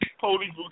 holy